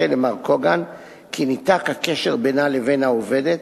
למר קוגן כי ניתק הקשר בינה לבין העובדת